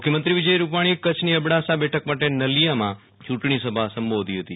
મુખ્યમંત્રી વિજય રૂપાણીએ કચ્છની અબડાસા બેઠક માટે નલિયામાં ચૂંટણીસભા સંબોધી હતી